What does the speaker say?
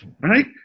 right